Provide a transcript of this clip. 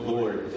Lord